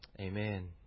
Amen